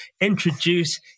introduce